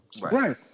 right